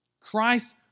Christ